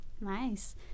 Nice